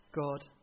God